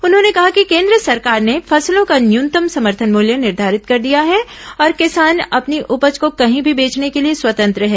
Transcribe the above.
उन्होंने कहा कि केन्द्र सरकार ने फसलों का न्यूनतम समर्थन मूल्य निर्घारित कर दिया है और किसान अपनी उपज को कहीं भी बेचने के लिए स्वतंत्र हैं